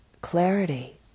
clarity